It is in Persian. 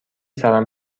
سرم